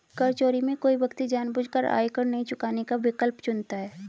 कर चोरी में कोई व्यक्ति जानबूझकर आयकर नहीं चुकाने का विकल्प चुनता है